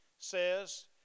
says